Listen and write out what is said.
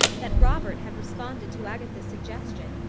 that robert had responded to agatha's suggestion,